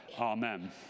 Amen